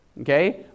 Okay